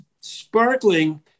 sparkling